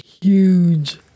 huge